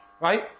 Right